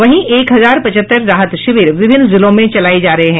वहीं एक हजार पचहत्तर राहत शिविर विभिन्न जिलों में चलाये जा रहे हैं